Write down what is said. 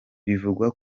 bivugwa